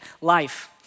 life